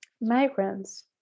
migrants